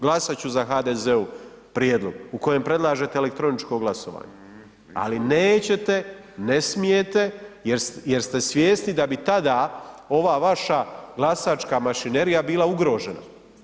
Glasat ću za HDZ-ov prijedlog u kojem predlažete elektroničko glasovanje ali nećete, ne smijete jer ste svjesni da bi tada ova vaša glasačka mašinerija bila ugrožena.